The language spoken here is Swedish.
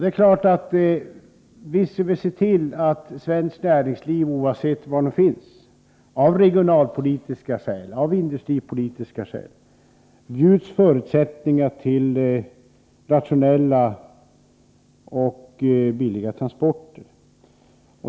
Det är klart att vi skall se till att svenskt näringsliv, oavsett var det finns, av regionalpolitiska och industripolitiska skäl bjuds förutsättningar för rationella och billiga transporter.